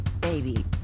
baby